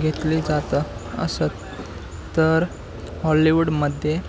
घेतली जातं असत तर हॉलीवूडमध्ये